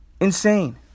Insane